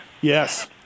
Yes